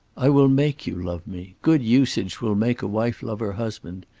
i will make you love me. good usage will make a wife love her husband.